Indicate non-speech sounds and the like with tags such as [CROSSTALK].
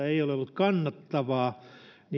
[UNINTELLIGIBLE] ei ole ollut kannattavaa